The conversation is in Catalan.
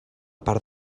part